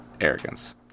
arrogance